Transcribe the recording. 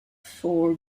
four